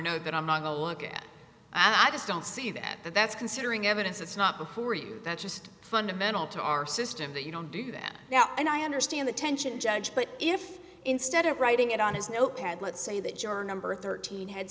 know that i'm not to look at i just don't see that that's considering evidence it's not the who are you that's just fundamental to our system that you don't do that now and i understand the tension judge but if instead of writing it on his notepad let's say that juror number thirteen had